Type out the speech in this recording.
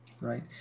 right